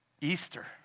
Easter